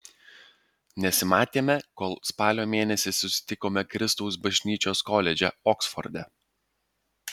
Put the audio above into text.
nesimatėme kol spalio mėnesį susitikome kristaus bažnyčios koledže oksforde